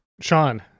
Sean